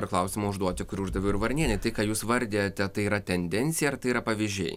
ir klausimą užduoti kurį uždaviau ir varnienei tai ką jūs vardijate tai yra tendencija ar tai yra pavyzdžiai